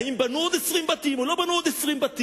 האם בנו עוד 20 בתים או לא בנו עוד 20 בתים,